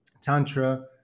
tantra